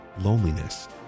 loneliness